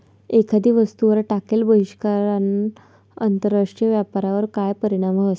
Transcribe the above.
एखादी वस्तूवर टाकेल बहिष्कारना आंतरराष्ट्रीय व्यापारवर काय परीणाम व्हस?